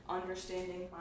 understanding